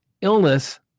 illness